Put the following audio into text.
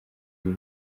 ari